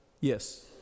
Yes